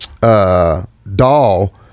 doll